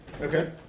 Okay